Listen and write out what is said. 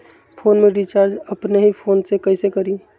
Phone में recharge अपने ही फ़ोन से कईसे करी?